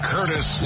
Curtis